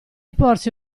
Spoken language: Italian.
porse